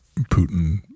Putin